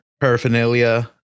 paraphernalia